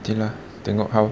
nanti lah tengok how